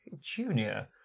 Junior